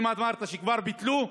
ואם אמרת שכבר ביטלו,